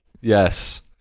Yes